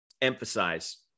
emphasize